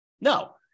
No